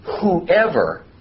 whoever